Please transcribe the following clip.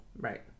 Right